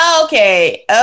Okay